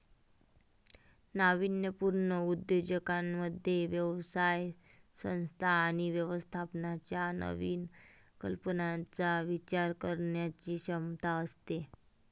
नाविन्यपूर्ण उद्योजकांमध्ये व्यवसाय संस्था आणि व्यवस्थापनाच्या नवीन कल्पनांचा विचार करण्याची क्षमता असते